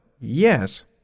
yes